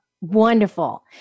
wonderful